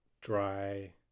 dry